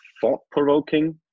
thought-provoking